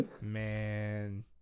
Man